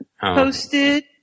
posted